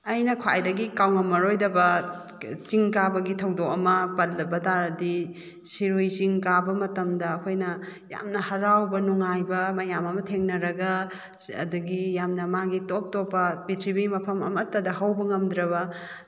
ꯑꯩꯅ ꯈ꯭ꯋꯥꯏꯗꯒꯤ ꯀꯥꯎꯉꯝꯃꯔꯣꯏꯗꯕ ꯆꯤꯡ ꯀꯥꯕꯒꯤ ꯊꯧꯗꯣꯛ ꯑꯃ ꯄꯜꯂꯕ ꯇꯥꯔꯗꯤ ꯁꯤꯔꯨꯏ ꯆꯤꯡ ꯀꯥꯕ ꯃꯇꯝꯗ ꯑꯩꯈꯣꯏꯅ ꯌꯥꯝꯅ ꯍꯔꯥꯎꯕ ꯅꯨꯡꯉꯥꯏꯕ ꯃꯌꯥꯝ ꯑꯃ ꯊꯦꯡꯅꯔꯒ ꯑꯗꯒꯤ ꯌꯥꯝꯅ ꯃꯥꯒꯤ ꯇꯣꯞ ꯇꯣꯞꯄ ꯄ꯭ꯔꯤꯊꯤꯕꯤꯒꯤ ꯃꯐꯝ ꯑꯃꯠꯇꯗ ꯍꯧꯕ ꯉꯝꯗ꯭ꯔꯕ